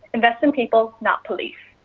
invest in people, not police.